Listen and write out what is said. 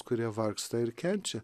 kurie vargsta ir kenčia